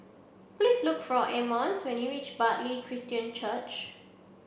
please look for Emmons when you reach Bartley Christian Church